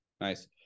nice